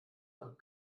nach